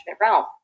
realm